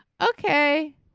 Okay